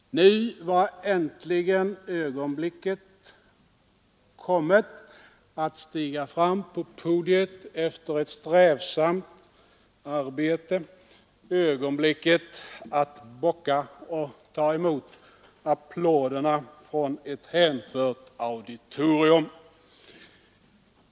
Nu var äntligen ögonblicket kommet att stiga fram på podiet efter ett strävsamt arbete; ögonblicket att bocka och ta emot applåderna från ett hänfört auditorium.